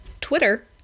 Twitter